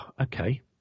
okay